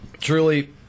Truly